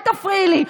אל תפריעי לי.